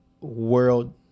world